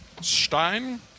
Stein